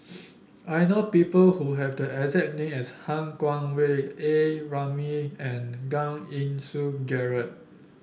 I know people who have the exact name as Han Guangwei A Ramli and Giam Yean Song Gerald